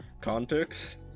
context